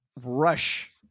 rush